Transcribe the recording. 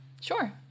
Sure